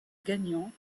gagnant